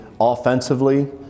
Offensively